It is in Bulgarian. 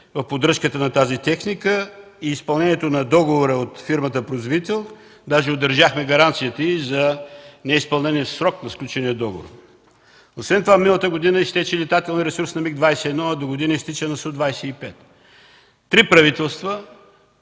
в поддръжката на тази техника и изпълнението на договора от фирмата-производител. Даже удържахме гаранцията й за неизпълнение в срок на сключения договор. Освен това през миналата година изтече летателният ресурс на МиГ-21, а догодина изтича на СУ 25. От правителството